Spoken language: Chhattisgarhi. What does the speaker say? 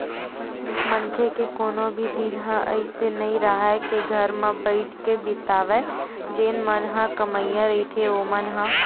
मनखे के कोनो भी दिन ह अइसे नइ राहय के घर म बइठ के बितावय जेन मन ह कमइया रहिथे ओमन ह